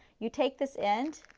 you take this end,